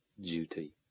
duty